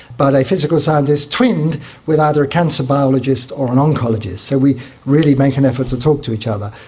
but a physical scientist twinned with either a cancer biologist or an oncologist. so we really make an effort to talk to each other.